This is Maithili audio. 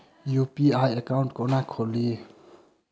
यु.पी.आई एकाउंट केना खोलि?